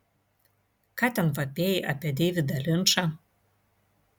ką ten vapėjai apie deividą linčą